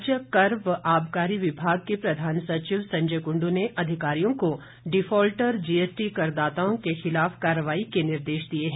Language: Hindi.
राज्य कर व आबकारी विभाग के प्रधान सचिव संजय कुंडू ने अधिकारियों को डिफॉल्टर जीएसटी करदाताओं के खिलाफ कार्रवाई के निर्देश दिए हैं